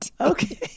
okay